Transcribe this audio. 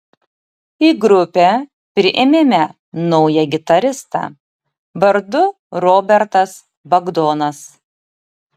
į grupę priėmėme naują gitaristą vardu robertas bagdonas